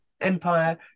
empire